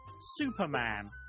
Superman